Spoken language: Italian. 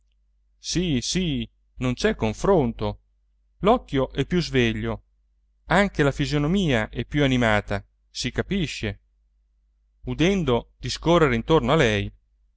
sì sì non c'è confronto l'occhio è più sveglio anche la fisonomia è più animata si capisce udendo discorrere intorno a lei